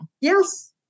Yes